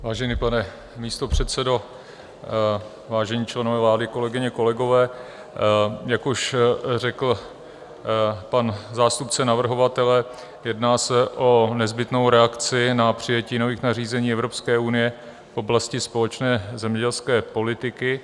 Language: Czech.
Vážený pane místopředsedo, vážení členové vlády, kolegyně, kolegové, jak už řekl pan zástupce navrhovatele, jedná se o nezbytnou reakci na přijetí nových nařízení Evropské unie v oblasti společné zemědělské politiky.